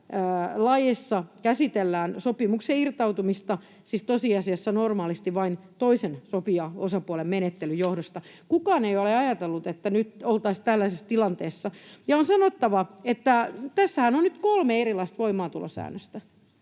laeissa käsitellään sopimuksesta irtautumista, siis tosiasiassa normaalisti vain toisen sopijaosapuolen menettelyn johdosta. Kukaan ei ole ajatellut, että nyt oltaisiin tällaisessa tilanteessa. On sanottava, että tässähän on nyt kolme erilaista voimaantulosäännöstä